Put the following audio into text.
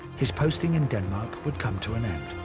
his posting in denmark would come to an end.